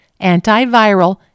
antiviral